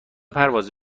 پرواز